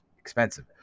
Expensive